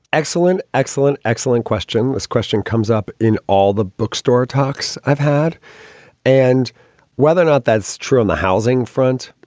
excellent. excellent. excellent question. this question comes up in all the bookstore talks i've had and whether not that's true on the housing front.